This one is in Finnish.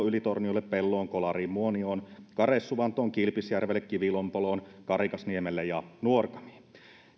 ylitorniolle pelloon kolariin muonioon karesuvantoon kilpisjärvelle kivilompoloon karigasniemelle ja nuorgamiin